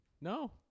No